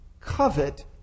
covet